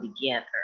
together